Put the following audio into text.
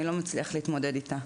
אני לא מצליח להתמודד איתה'.